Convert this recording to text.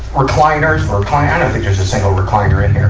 recliners. i ah don't think there's a single recliner in here,